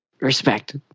Respect